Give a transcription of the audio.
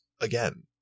again